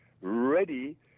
ready